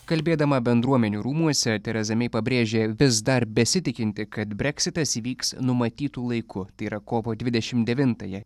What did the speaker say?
kalbėdama bendruomenių rūmuose tereza mei pabrėžė vis dar besitikinti kad breksitas įvyks numatytu laiku tai yra kovo dvidešimt devintąją